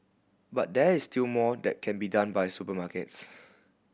but there is still more that can be done by supermarkets